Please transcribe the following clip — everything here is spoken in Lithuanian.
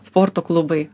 sporto klubai